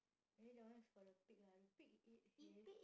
I think that one is for the pig lah do pig eat hay